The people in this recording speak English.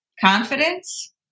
confidence